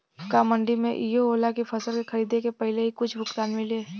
का मंडी में इहो होला की फसल के खरीदे के पहिले ही कुछ भुगतान मिले?